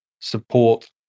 support